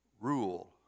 rule